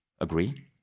Agree